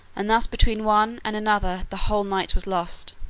and thus between one and another the whole night was lost,